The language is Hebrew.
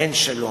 אין שלום.